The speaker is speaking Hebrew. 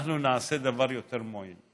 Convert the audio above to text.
נעשה דבר יותר מועיל.